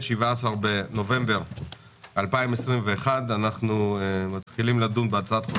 17 בנובמבר 2021. אנחנו מתחילים לדון בהצעת חוק